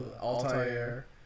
Altair